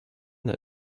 that